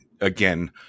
again